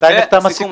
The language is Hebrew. מתי נחתם הסיכום?